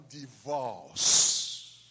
divorce